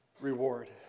reward